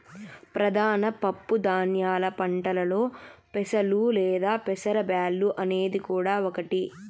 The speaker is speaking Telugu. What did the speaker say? ప్రధాన పప్పు ధాన్యాల పంటలలో పెసలు లేదా పెసర బ్యాల్లు అనేది కూడా ఒకటి